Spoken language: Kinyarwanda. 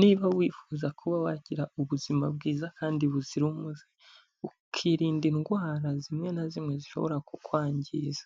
Niba wifuza kuba wagira ubuzima bwiza kandi buzira umuze, ukirinda indwara zimwe na zimwe zishobora kukwangiza,